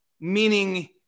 meaning